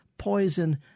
poison